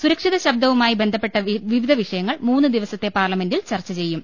സുരക്ഷിത ശബ്ദവുമായി ബന്ധപ്പെട്ട വിവിധ വിഷയ ങ്ങൾ മൂന്നു ദിവസത്തെ പാർലമെന്റിൽ ചർച്ച ചെയ്യും